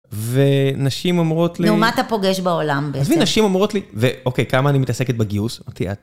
ונשים אמורות לי... נו, מה אתה פוגש בעולם בעצם? עזבי, נשים אמורות לי... ואוקיי, כמה אני מתעסקת בגיוס?